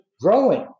growing